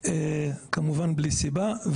כמובן בלי סיבה.